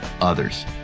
others